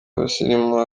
abasirimu